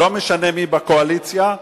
לא משנה מי בקואליציה,